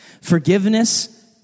Forgiveness